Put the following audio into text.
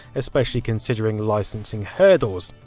especially considering licencing hurdles.